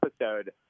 episode